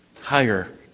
higher